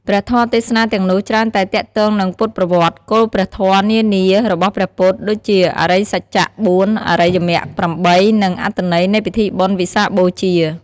ព្រះធម៌ទេសនាទាំងនោះច្រើនតែទាក់ទងនឹងពុទ្ធប្រវត្តិ គោលព្រះធម៌នានារបស់ព្រះពុទ្ធ ដូចជាអរិយសច្ចៈ៤ អរិយមគ្គ៨ និងអត្ថន័យនៃពិធីបុណ្យវិសាខបូជា។